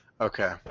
Okay